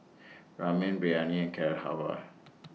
Ramen Biryani and Carrot Halwa